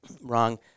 wrong